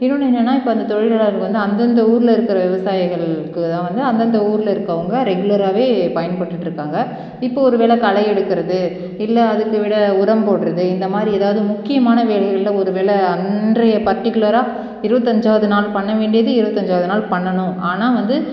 இன்னொன்று என்னெனா இப்போ அந்த தொழிலாளர்கள் வந்து அந்தந்த ஊரில் இருக்கிற விவசாயிகளுக்கெலாம் வந்து அந்தந்த ஊரில் இருக்கவங்க ரெகுலராவே பயன்பட்டுட்டு இருக்காங்க இப்போது ஒரு வேலை களை எடுக்கிறது இல்லை அதுக்கூட உரம் போடுகிறது இந்தமாதிரி ஏதாவது முக்கியமான வேலைகளில் ஒருவேளை அன்றைய பர்டிகுலரா இருபத்தஞ்சாவது நாள் பண்ண வேண்டியது இருபதஞ்சாவது நாள் பண்ணனும் ஆனால் வந்து